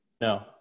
No